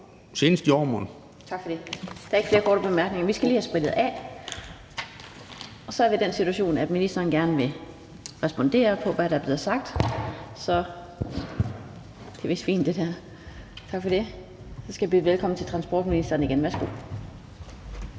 Tak for det.